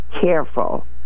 careful